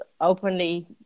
openly